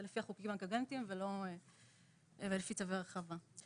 לפי החוקים הקוגנטיים ולפי צווי הרחבה.